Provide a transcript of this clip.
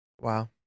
Wow